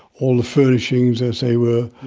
all the furnishings as they were,